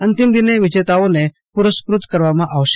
અંતિમ દિને વિજતાઓને પુરસ્કત કરવામાં આવશે